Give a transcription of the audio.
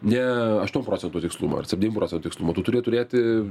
ne aštuom procentų tikslumą ar septym procentų tikslumą tu turi turėti